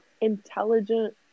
intelligent